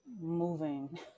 moving